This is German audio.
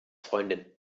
freundin